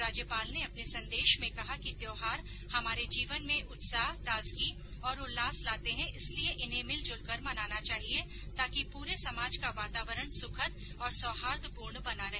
राज्यपाल ने अपने संदेश में कहा कि त्यौहार हमारे जीवन में उत्साह ताजगी और उल्लास लाते है इसलिये इन्हें मिलजुलकर मनाना चाहिये ताकि पूरे समाज का वातावरण सुखद और सौहार्दपूर्ण बना रहे